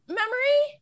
memory